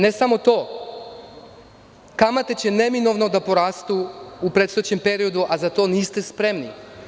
Ne samo to, kamate će neminovno da porastu u predstojećem periodu, a za to niste spremni.